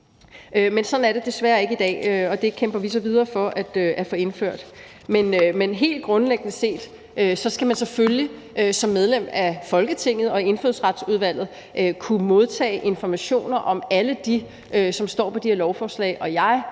Men sådan er det desværre ikke i dag, og det kæmper vi så videre for at få indført. Men helt grundlæggende set skal man selvfølgelig som medlem af Folketinget og Indfødsretsudvalget kunne modtage informationer om alle dem, som står på de her lovforslag.